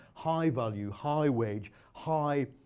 high value, high wage, high